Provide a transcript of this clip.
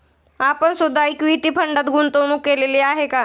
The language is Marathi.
आपण सुद्धा इक्विटी फंडात गुंतवणूक केलेली आहे का?